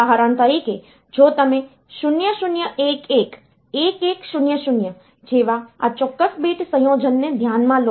ઉદાહરણ તરીકે જો તમે 0011 1100 જેવા આ ચોક્કસ bit સંયોજનને ધ્યાનમાં લો